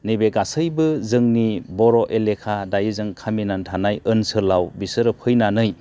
नैबे गासैबो जोंनि बर' एलेखा दायो जों खामिनानै थानाय ओनसोलाव बिसोरो फैनानै